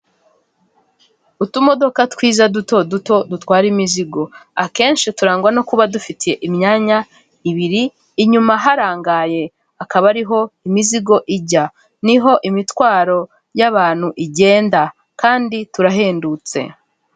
Utumodoka twiza duto duto dutwara imizigo. Akenshi turangwa no kuba dufite imyanya ibiri, inyuma harangaye akaba ari ho imizigo ijya. Niho imitwaro y'abantu igenda. Kandi turahendutse.